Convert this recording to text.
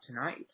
tonight